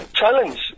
challenge